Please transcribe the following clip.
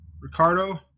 Ricardo